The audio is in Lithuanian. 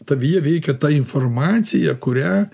tavyje veikia ta informacija kurią